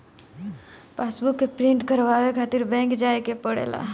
passbook के print करवावे खातिर बैंक जाए के पड़ेला